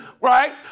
right